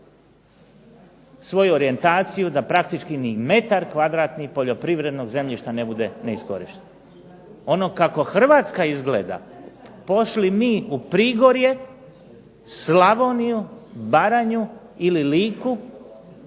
svoju orijentaciju da praktički ni metar kvadratni poljoprivrednog zemljišta ne bude neiskorišten. Ono kako Hrvatska izgleda, pošli mi u Prigorje, Slavoniju, Baranju ili Liku,